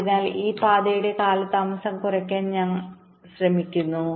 അതിനാൽ ഈ പാതയുടെ കാലതാമസം കുറയ്ക്കാൻ ഞങ്ങൾ ശ്രമിക്കുന്നു